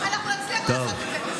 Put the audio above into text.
אנחנו נצליח לעשות את זה.